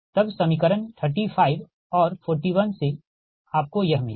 तब समीकरण 35 और 41 से आपको यह मिलेगा